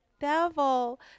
devil